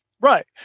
right